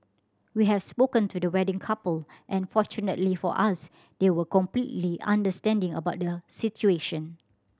we have spoken to the wedding couple and fortunately for us they were completely understanding about the situation